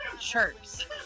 chirps